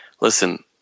listen